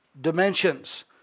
dimensions